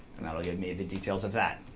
and that'll give me the details of that.